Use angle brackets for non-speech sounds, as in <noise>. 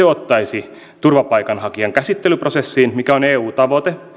<unintelligible> ottaisi turvapaikanhakijan käsittelyprosessiin mikä on eun tavoite